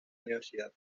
universidad